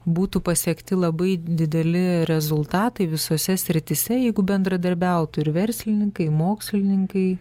būtų pasiekti labai dideli rezultatai visose srityse jeigu bendradarbiautų ir verslininkai mokslininkai